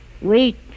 Wait